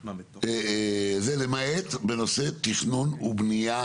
למעט בנושא תכנון ובנייה